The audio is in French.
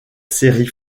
série